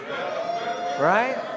right